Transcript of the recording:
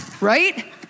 right